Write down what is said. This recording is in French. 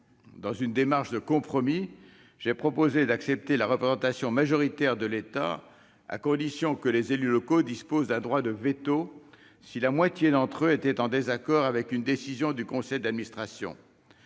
Dans une démarche de compromis, j'ai proposé d'accepter la représentation majoritaire de l'État, à condition que les élus locaux disposent d'un droit de veto si la moitié d'entre eux est en désaccord avec une décision du conseil d'administration.